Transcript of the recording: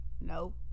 Nope